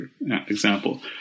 example